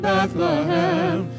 Bethlehem